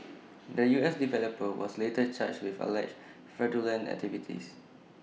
the U S developer was later charged with alleged fraudulent activities